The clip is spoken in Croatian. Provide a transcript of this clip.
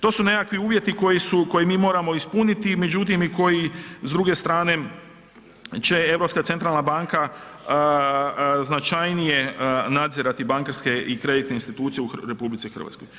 To su nekakvi uvjeti koje mi moramo ispuniti međutim i koji s druge strane će Europska centrala banka značajnije nadzirati bankarske i kreditne institucije u RH.